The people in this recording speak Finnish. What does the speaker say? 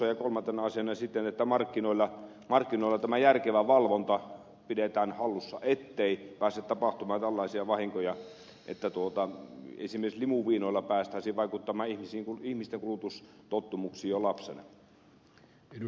kolmantena asiana on sitten se että markkinoilla järkevä valvonta pidetään hallussa ettei pääse tapahtumaan tällaisia vahinkoja että esimerkiksi limuviinoilla päästäisiin vaikuttamaan ihmisten kulutustottumuksiin jo lapsena